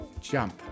jump